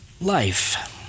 life